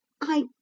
I